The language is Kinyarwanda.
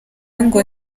ngo